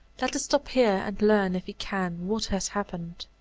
let us stop here, and learn, if we can, what has happened.